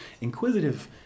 Inquisitive